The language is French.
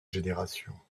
génération